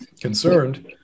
concerned